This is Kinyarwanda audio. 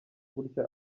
gutya